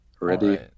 Ready